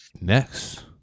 Next